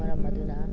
ꯃꯔꯝ ꯑꯗꯨꯅ